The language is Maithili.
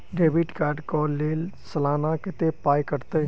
डेबिट कार्ड कऽ लेल सलाना कत्तेक पाई कटतै?